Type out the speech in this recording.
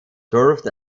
served